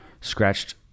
scratched